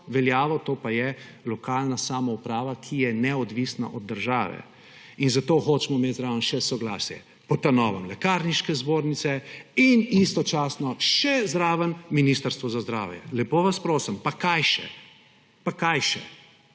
veljave, to pa je lokalna samouprava, ki je neodvisna od države, in zato hočemo imeti po novem zraven še soglasje Lekarniške zbornice in istočasno še Ministrstva za zdravje. Lepo vas prosim, pa kaj še. Pa kaj še!